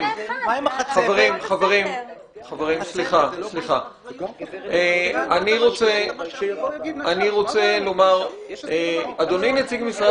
חברים סליחה, אני רוצה לומר אדוני, נציג משרד